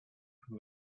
from